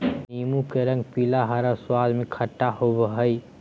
नीबू के रंग पीला, हरा और स्वाद में खट्टा होबो हइ